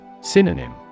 Synonym